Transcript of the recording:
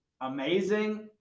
amazing